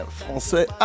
français